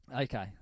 Okay